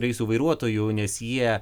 reisų vairuotojų nes jie